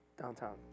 Downtown